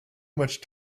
much